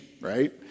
right